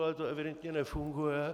Ale to evidentně nefunguje.